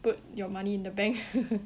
put your money in the bank